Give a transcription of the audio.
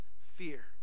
fear